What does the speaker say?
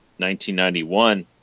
1991